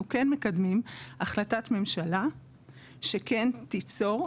אנחנו כן מקדמים החלטת ממשלה שכן תיצור,